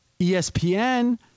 ESPN